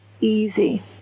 easy